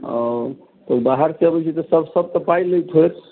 ओ बाहर सँ अबै छै तऽ सब सब तऽ पाइ लैत होइत